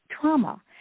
trauma